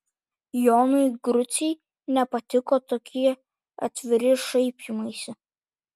jonui grucei nepatiko tokie atviri šaipymaisi